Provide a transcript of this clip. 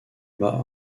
m’a